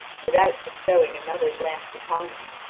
without bestowing another glance upon me.